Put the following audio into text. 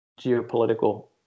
geopolitical